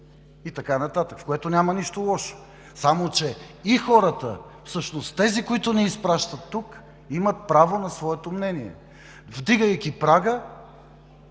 и така нататък, в което няма нищо лошо. Само че и хората, всъщност тези, които ни изпращат тук, имат право на своето мнение. Вдигайки прага,